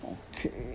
okay